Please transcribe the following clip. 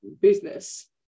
business